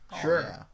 Sure